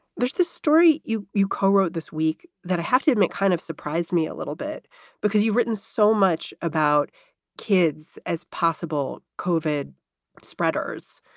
there's the story you you co-wrote this week that i have to admit kind of surprised me a little bit because you've written so much about kids as possible covid spreaders.